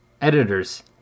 Editors